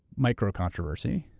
micro-controversy.